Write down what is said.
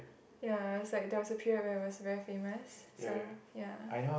ya it's like there was a period where I was very famous so ya